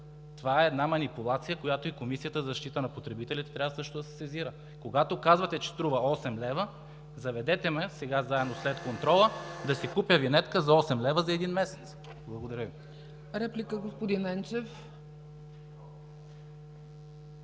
Това е манипулация, за която и Комисията за защита на потребителите трябва също да се сезира. Когато казвате, че струва 8 лв., заведете ме, сега заедно, след контрола, да си купя винетка за 8 лв. за един месец. (Председателят